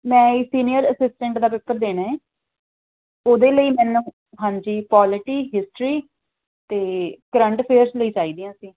ਮੈਂ senior assistant ਦਾ paper ਦੇਣਾ ਹੈ ਉਹਦੇ ਲਈ ਮੈਨੂੰ ਹਾਂਜੀ ਪੋਲੀਟੀ ਹਿਸਟਰੀ ਅਤੇ ਕਰੰਟ ਅਫੇਅਰਸ ਲਈ ਚਾਹੀਦੀਆਂ ਸੀ